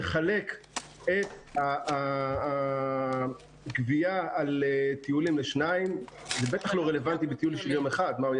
לחלק את הגבייה על טיולים לשניים וזה בטח לא רלבנטי לטיול של יום אחד.